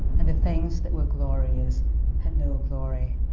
and the things that were glorious had no glory,